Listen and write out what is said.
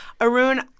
Arun